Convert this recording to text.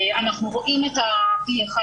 אנחנו רואים את ה-1.P,